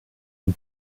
and